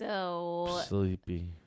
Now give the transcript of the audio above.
Sleepy